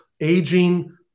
aging